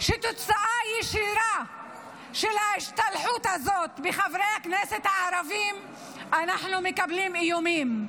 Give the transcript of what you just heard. שכתוצאה ישירה מההשתלחות הזאת בחברי הכנסת הערבים אנחנו מקבלים איומים.